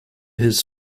his